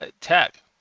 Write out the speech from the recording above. tech